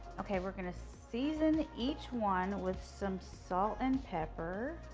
okay, we're going to season each one with some salt and pepper.